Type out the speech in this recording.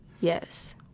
Yes